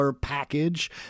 package